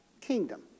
kingdom